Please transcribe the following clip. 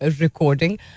recording